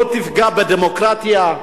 לא תפגע בדמוקרטיה.